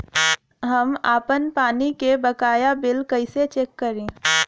हम आपन पानी के बकाया बिल कईसे चेक करी?